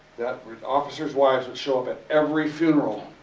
that officers wives would show up at every funeral